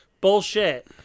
bullshit